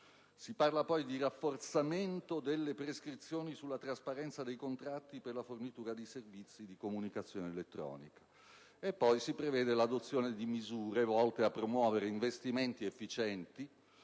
Si parla poi di rafforzamento delle prescrizioni sulla trasparenza dei contratti per la fornitura di servizi di comunicazione elettronica e si prevede poi l'adozione di misure volte a promuovere investimenti efficienti